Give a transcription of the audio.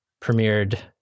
premiered